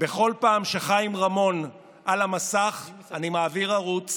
בכל פעם שחיים רמון על המסך, אני מעביר ערוץ,